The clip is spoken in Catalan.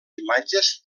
imatges